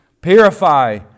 Purify